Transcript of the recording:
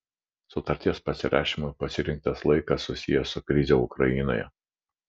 sutarties pasirašymui pasirinktas laikas susijęs su krize ukrainoje